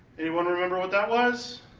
anyone remember what that was?